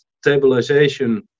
stabilization